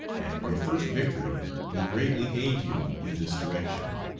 and your first victory will greatly aid you in this direction.